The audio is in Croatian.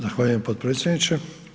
Zahvaljujem potpredsjedniče.